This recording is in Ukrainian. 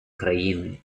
країни